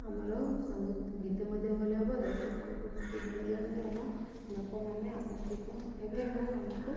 ଆମର ସଙ୍ଗୀତ ଗୀତ ମଧ୍ୟ ଭଲ ହେବ ଦର୍ଶକଙ୍କୁ ବି ଭଲ ଲାଗେ ଏବଂ ଲୋକମାନେ ଆକର୍ଷିତ ହେବେ ଏବଂ ଆମକୁ